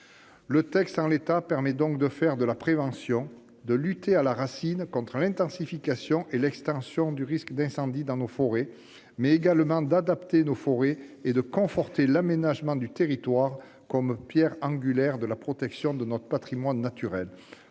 le texte permet donc de faire de la prévention, de lutter à la racine contre l'intensification et l'extension du risque d'incendie dans nos forêts, mais également d'adapter nos forêts et de conforter l'aménagement du territoire comme pierre angulaire de la protection de notre patrimoine naturel.